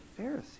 Pharisee